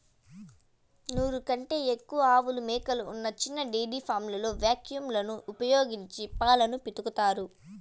నూరు కంటే ఎక్కువ ఆవులు, మేకలు ఉన్న చిన్న డెయిరీ ఫామ్లలో వాక్యూమ్ లను ఉపయోగించి పాలను పితుకుతారు